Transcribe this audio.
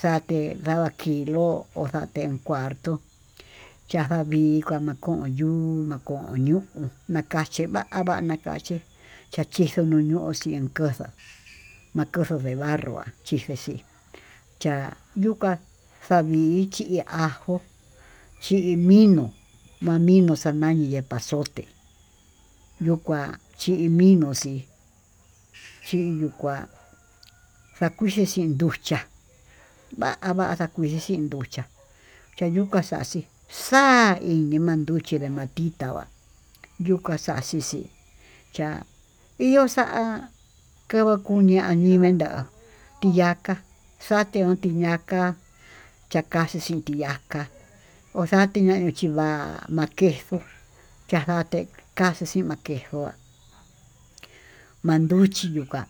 xate dava kilo ho xalte cuarto yakavii kamakonyuu, yuu makoño makachi vava makachí chachixo noñuxi makoxoa makoxoa de barro ndeci cha'a yuká xavichí yi'á, ñiminuu manino xamani epazoté yuu kua chimino xi'i xinyukua xakuxhi xhinduchi'a, va'a va'a nakuxhi nruchi'a yukaxhaxi xa'a iñi manduchí de matitá va'a yukaxixi cha'a ihó xa'a kava'a kuña'a ndivee nda'a ti'yaka xanteo tinaká chakaxhi tiniaká, oxatiña tiva'a ma'a queso ñanaté taxhexi makexuá manduchi yuká.